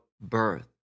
birth